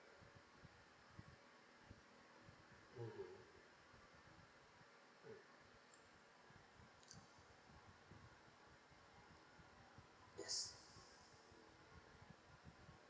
mmhmm mm yes